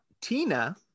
tina